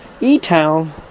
E-Town